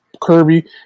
Kirby